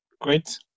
great